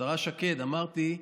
השרה שקד, אמרתי: